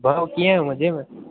भाऊ कीअं आहियो मज़े में